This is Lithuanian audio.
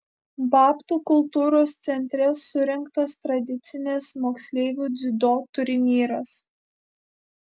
babtų kultūros centre surengtas tradicinis moksleivių dziudo turnyras